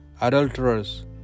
adulterers